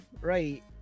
right